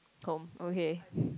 home okay